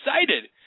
excited